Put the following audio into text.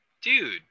Dude